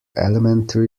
elementary